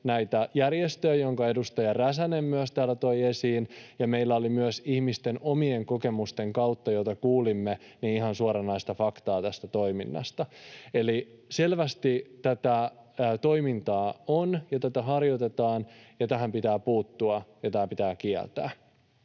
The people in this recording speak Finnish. näitä järjestöjä, jotka myös edustaja Räsänen täällä toi esiin, ja meillä oli myös ihmisten omien kokemusten kautta, joita kuulimme, ihan suoranaista faktaa tästä toiminnasta. Eli selvästi tätä toimintaa on ja tätä harjoitetaan, ja tähän pitää puuttua, ja tämä pitää kieltää.